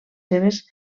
seves